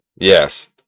Yes